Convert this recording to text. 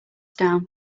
down